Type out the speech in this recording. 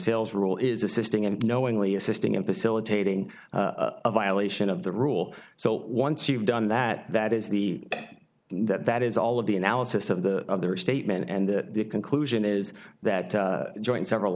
sales rule is assisting and knowingly assisting in facilitating a violation of the rule so once you've done that that is the that is all of the analysis of the other statement and the conclusion is that joint several